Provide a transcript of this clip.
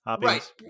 Right